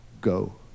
go